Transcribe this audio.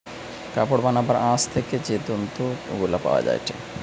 কাপড় বানাবার আঁশ থেকে যে জৈব তন্তু গুলা পায়া যায়টে